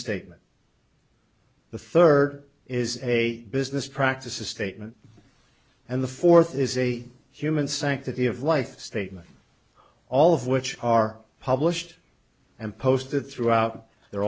statement the third is a business practices statement and the fourth is a human sanctity of life statement all of which are published and posted throughout their